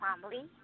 family